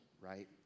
right